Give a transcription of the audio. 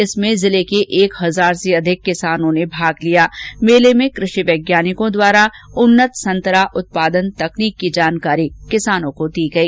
इसमें जिले के एक हजार से अधिक किसानों ने भाग लिया मेले में कृषि वैज्ञानिकों द्वारा उन्नत संतरा उत्पादन तकनीक की जानकारी दी गई